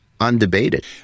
undebated